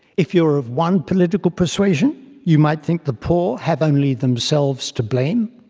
if you are of one political persuasion you might think the poor have onlythemselves to blame.